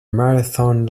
marathon